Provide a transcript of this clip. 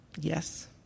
Yes